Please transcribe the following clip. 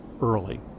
early